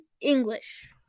English